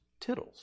tittles